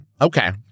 Okay